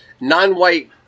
Non-white